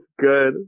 good